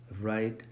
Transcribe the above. right